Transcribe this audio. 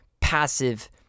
passive